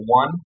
one